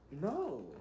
No